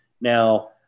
Now